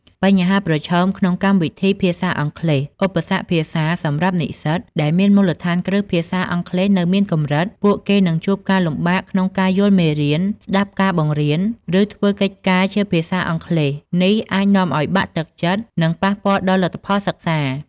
បញ្ហាប្រឈមក្នុងកម្មវិធីភាសាអង់គ្លេស ឧបសគ្គភាសា សម្រាប់និស្សិតដែលមានមូលដ្ឋានគ្រឹះភាសាអង់គ្លេសនៅមានកម្រិត ពួកគេនឹងជួបការលំបាកក្នុងការយល់មេរៀន ស្តាប់ការបង្រៀន ឬធ្វើកិច្ចការជាភាសាអង់គ្លេស នេះអាចនាំឱ្យបាក់ទឹកចិត្ត និងប៉ះពាល់ដល់លទ្ធផលសិក្សា។